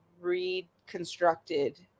reconstructed